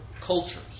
cultures